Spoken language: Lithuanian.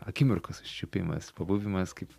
akimirkos užčiuopimas pabuvimas kaip